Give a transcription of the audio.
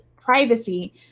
privacy